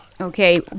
Okay